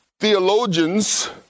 theologians